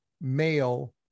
male